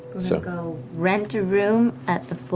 so go rent a room at